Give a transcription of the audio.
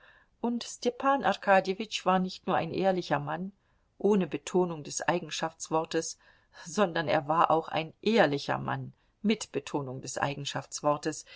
und stepan arkadjewitsch war nicht nur ein ehrlicher mann ohne betonung des eigenschaftswortes sondern er war auch ein ehrlicher mann mit betonung des